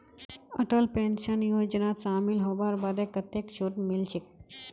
Atal pension योजनात शामिल हबार बादे कतेक छूट मिलछेक